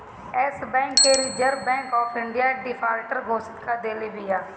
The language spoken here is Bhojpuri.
एश बैंक के reserve bank of India defaulter घोषित कअ देले बिया